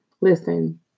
Listen